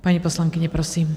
Paní poslankyně, prosím.